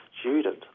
student